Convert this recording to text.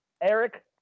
Eric